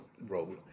role